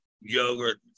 yogurt